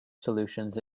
solutions